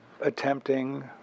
attempting